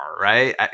right